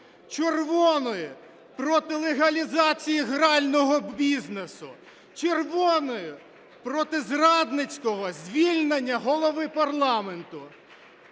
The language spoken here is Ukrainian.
червоною, проти легалізації грального бізнесу – червоною, проти зрадницького звільнення Голови парламенту.